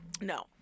No